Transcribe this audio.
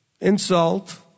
insult